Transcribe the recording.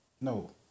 no